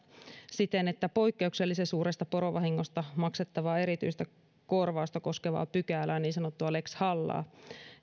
siten että poikkeuksellisen suuresta porovahingosta maksettavaa erityistä korvausta koskevaa pykälää niin sanottua lex hallaa